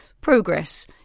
progress